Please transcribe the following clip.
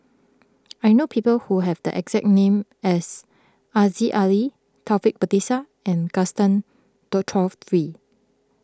I know people who have the exact name as Aziza Ali Taufik Batisah and Gaston Dutronquoy